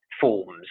forms